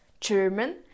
German